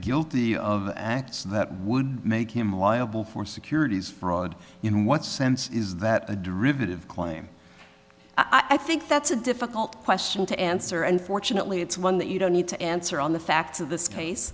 guilty of acts that would make him liable for securities fraud in what sense is that a derivative claim i think that's a difficult question to answer and fortunately it's one that you don't need to answer on the facts of this case